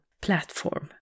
platform